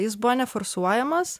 jis buvo neforsuojamas